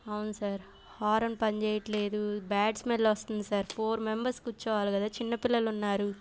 అవును sir horn పనిచేయట్లేదు bad smell వస్తుంది సార్ ఫోర్ మెంబర్స్ కుర్చోవాలి కదా చిన్నపిల్లలు ఉన్నారు